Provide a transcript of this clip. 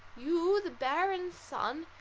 you, the baron's son!